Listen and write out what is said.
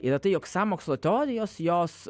yra tai jog sąmokslo teorijos jos